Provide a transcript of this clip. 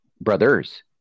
Brothers